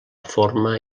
forma